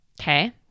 Okay